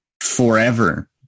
forever